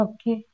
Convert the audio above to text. Okay